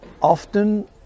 often